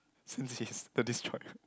since he's the destroyer